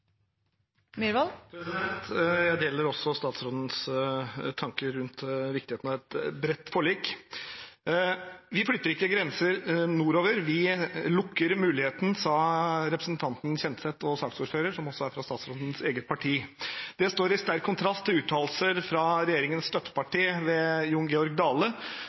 Jeg deler statsrådens tanker rundt viktigheten av et bredt forlik. Representant og saksordfører Kjenseth, som er fra statsrådens eget parti, sa at man ikke flytter grensen nordover, men lukker muligheten. Det står i sterk kontrast til uttalelser fra regjeringens støtteparti, ved Jon Georg Dale,